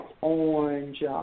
orange